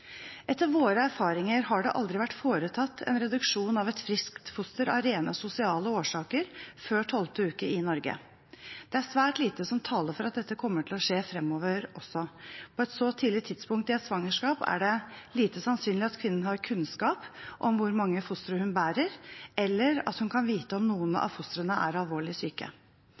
Etter våre erfaringer har det aldri vært foretatt en reduksjon av et friskt foster av rent sosiale årsaker før tolvte uke i Norge. Det er svært lite som taler for at dette kommer til å skje fremover, også. På et så tidlig tidspunkt i et svangerskap er det lite sannsynlig at kvinnen har kunnskap om hvor mange fostre hun bærer, eller at hun vet om noen av fostrene er alvorlig syke.